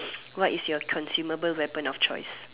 what is your consumable weapon of choice